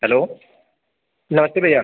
hello नमस्ते भैया